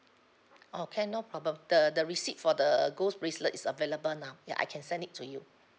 oh can no problem the the receipt for the gold bracelet is available now ya I can send it to you